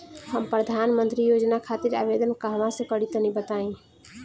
हम प्रधनमंत्री योजना खातिर आवेदन कहवा से करि तनि बताईं?